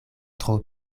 tro